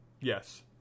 yes